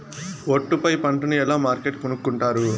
ఒట్టు పై పంటను ఎలా మార్కెట్ కొనుక్కొంటారు?